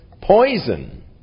poison